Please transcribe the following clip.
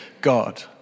God